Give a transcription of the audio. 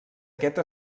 aquest